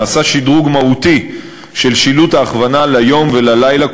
נעשה שדרוג מהותי של שילוט ההכוונה ליום ולילה,